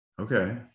okay